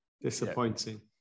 Disappointing